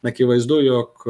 akivaizdu jog